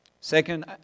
Second